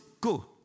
go